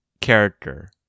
character